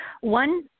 One